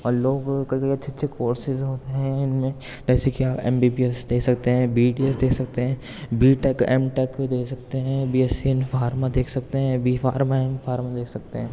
اور لوگ كئی کئی اچّھے اچّھے كورسز ہوتے ہیں ان میں جیسے کہ آپ ایم بی بی ایس دیکھ سکتے ہیں بی ڈی ایس دیکھ سکتے ہیں بی ٹیک ایم ٹیک دیکھ سکتے ہیں B S C in pharma دیکھ سکتے ہیں بی فارما ایم فارما دیکھ سکتے ہیں